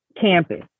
campus